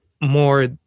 more